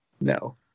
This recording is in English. No